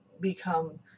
become